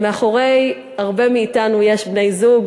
מאחורי הרבה מאתנו יש בני-זוג,